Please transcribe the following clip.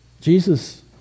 Jesus